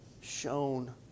shown